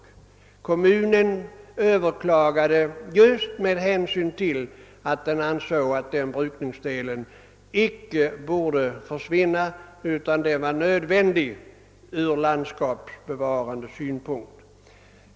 Kommunen överklagade därför att den ansåg att den brukningsdelen icke borde försvinna utan var nödvändig ur landskapsbevarande synpunkt.